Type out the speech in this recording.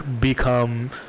become